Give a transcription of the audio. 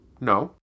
no